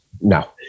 no